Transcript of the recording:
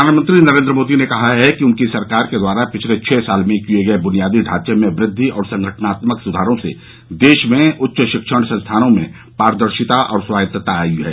प्रधानमंत्री नरेन्द्र मोदी ने कहा है कि उनकी सरकार के द्वारा पिछले छह साल में किये गए बुनियादी ढांचे में वृद्वि और संगठनात्मक सुधारों से देश में उच्च शिक्षण संस्थानों में पारदर्शिता और स्वायत्ता आई है